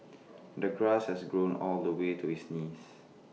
the grass has grown all the way to his knees